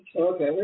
Okay